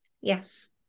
yes